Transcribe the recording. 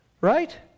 right